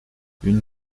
une